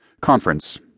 Conference